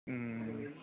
अँ